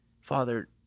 Father